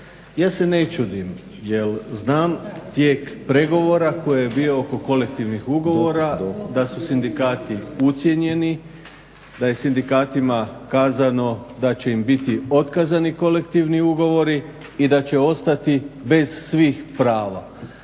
ja se ne čudim jer znam tijek pregovora koje je bio oko kolektivnih ugovora da su sindikati ucijenjeni, da je sindikatima kazano da će im biti otkazani kolektivni ugovori i da će ostati bez svih prava,